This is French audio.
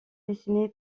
dessiné